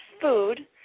food